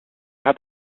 hat